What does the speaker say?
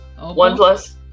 OnePlus